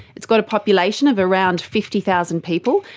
it's got a population of around fifty thousand people,